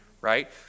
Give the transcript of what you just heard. right